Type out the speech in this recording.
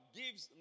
gives